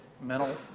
mental